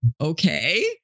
okay